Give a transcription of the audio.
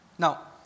Now